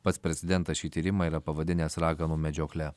pats prezidentas šį tyrimą yra pavadinęs raganų medžiokle